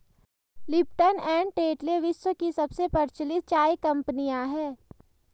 Lipton and Tetley विश्व की सबसे प्रचलित चाय कंपनियां है